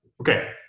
Okay